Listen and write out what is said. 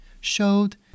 showed